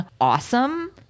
awesome